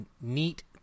neat